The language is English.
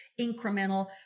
incremental